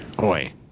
Oi